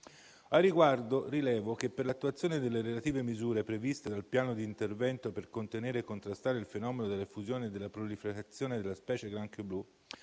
Al riguardo, rilevo che, per l'attuazione delle relative misure previste dal piano di intervento per contenere e contrastare il fenomeno della diffusione e della proliferazione della specie granchio blu